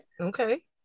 Okay